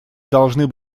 должны